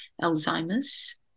Alzheimer's